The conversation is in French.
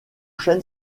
chêne